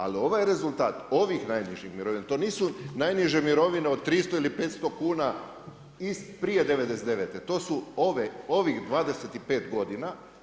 Ali ovaj rezultat ovih najnižih mirovina, to nisu najniže mirovine od 300 ili 500 kuna prije '99., to su ovih 25 godina.